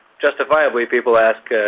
justifiably, people ask,